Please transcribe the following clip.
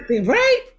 Right